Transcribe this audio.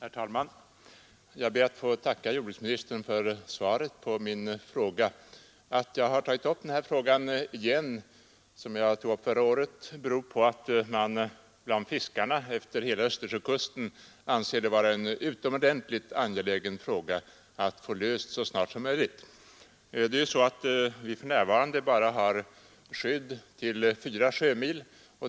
Herr talman! Jag ber att få tacka jordbruksministern för svaret på min fråga. Att jag igen tagit upp denna fråga, som jag tog upp förra året, beror på att man bland fiskarna utefter hela Östersjökusten anser att det är utomordentligt angeläget att få den löst så snart som möjligt. Det är ju så att vi för närvarande bara har skydd till 4 sjömil.